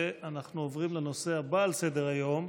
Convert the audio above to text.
אנחנו עוברים לנושא הבא על סדר-היום.